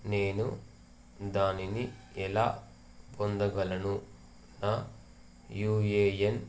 నేను దానిని ఎలా పొందగలను నా యూ యన్